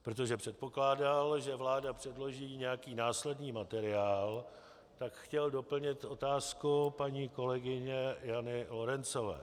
Protože předpokládal, že vláda předloží nějaký následný materiál, tak chtěl doplnit otázku paní kolegyně Jany Lorencové.